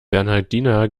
bernhardiner